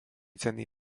cenný